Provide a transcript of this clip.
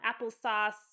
applesauce